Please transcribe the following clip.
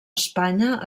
espanya